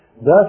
Thus